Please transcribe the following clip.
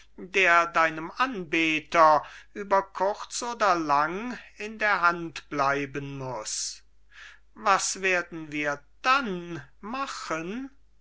der deinem anbeter über kurz oder lang in der hand bleiben muß was werden wir dann machen